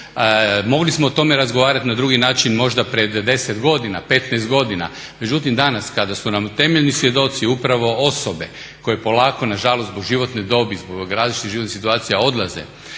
Mogli smo o tome razgovarati na drugi način možda pred 10 godina, 15 godina međutim danas kada su nam temeljni svjedoci upravo osobe koje polako nažalost zbog životne dobi, zbog različitih životnih situacija odlaze